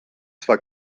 zwar